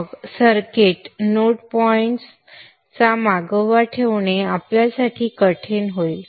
मग circuit node points चा मागोवा ठेवणे आपल्यासाठी कठीण होईल